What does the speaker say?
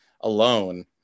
alone